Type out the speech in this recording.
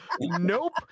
Nope